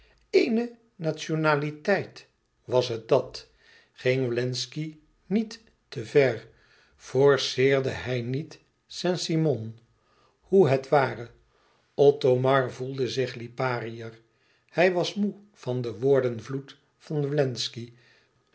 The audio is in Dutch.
eéne nationaliteit was het dat ging wlenzci niet te ver forceerde hij niet saint-simon hoe het ware othomar voelde zich lipariër hij was moê van den woordenvloed van wlenzci